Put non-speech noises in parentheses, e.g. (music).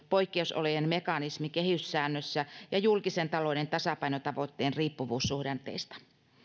(unintelligible) poikkeusolojen mekanismi kehyssäännössä ja julkisen talouden tasapainotavoitteen riippuvuussuhdanteista